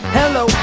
hello